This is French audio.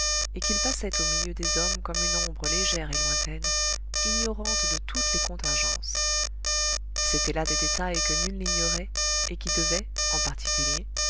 et qu'il passait au milieu des hommes comme une ombre légère et lointaine ignorante de toutes les contingences c'étaient là des détails que nul n'ignorait et qui devaient en particulier